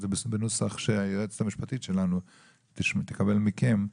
זה בנוסח שהיועצת המשפטית שלנו תקבל מכם.